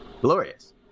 Glorious